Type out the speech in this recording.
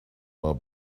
will